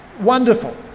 Wonderful